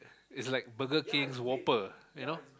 it's like Burger King's Whopper you know